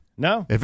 No